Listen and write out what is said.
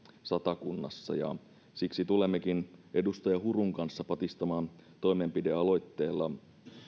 satakunnassa siksi tulemmekin edustaja hurun kanssa patistamaan toimenpidealoitteella